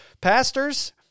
pastors